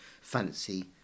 fancy